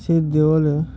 সেই দেওয়ালে